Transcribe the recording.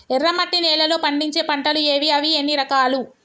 ఎర్రమట్టి నేలలో పండించే పంటలు ఏవి? అవి ఎన్ని రకాలు?